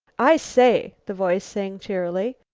i say, the voice sang cheerily,